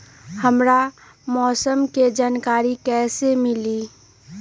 हमरा मौसम के जानकारी कैसी मिली?